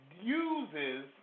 uses